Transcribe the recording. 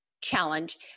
challenge